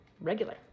regular